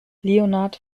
leonhardt